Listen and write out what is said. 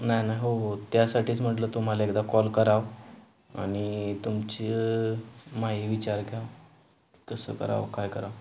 नाही नाही हो हो त्यासाठीच म्हटलं तुम्हाला एकदा कॉल करावं आणि तुमची माही विचार घ्यावं कसं करावं काय करावं